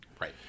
Right